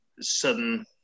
sudden